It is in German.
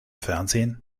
fernsehen